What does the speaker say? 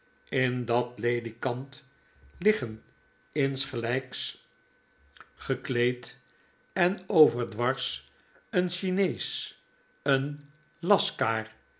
in dat ledikant liggen insgelijks gehet geheim van edwin drood kleed en overdwars een chinees een